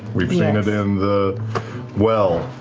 we've seen it in the well,